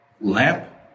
lamp